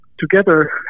together